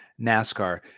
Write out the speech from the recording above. NASCAR